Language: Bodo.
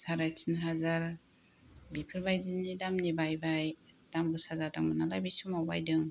साराय तिन हाजार बेफोर बादि दामनि बायबाय दाम गोसाथारमोन ना बे समाव बायदों